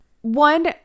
One